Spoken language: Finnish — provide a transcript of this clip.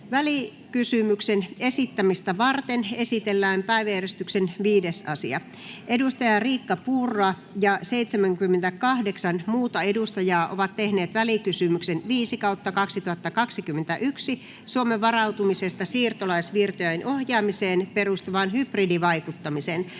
Välikysymyksen esittämistä varten esitellään päiväjärjestyksen 5. asia. Edustaja Riikka Purra ja 78 muuta edustajaa ovat tehneet välikysymyksen VK 5/2021 vp Suomen varautumisesta siirtolaisvirtojen ohjaamiseen perustuvaan hybridivaikuttamiseen.